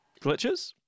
glitches